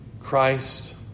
Christ